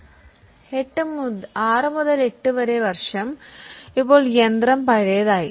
6 8 വർഷം ഇപ്പോൾ യന്ത്രം പഴയതായിത്തീരുന്നു